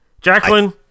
Jacqueline